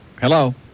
Hello